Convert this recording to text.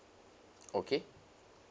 okay